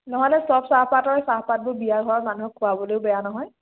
নহ'লে চব চাহপাতৰ চাহপাতবোৰ বিয়া ঘৰৰ মানুহক খুৱাবলৈয়ো বেয়া নহয়